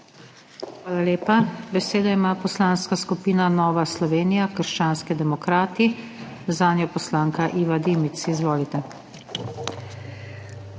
Hvala lepa. Besedo ima Poslanska skupina Nova Slovenija – krščanski demokrati, zanjo poslanka Iva Dimic. Izvolite.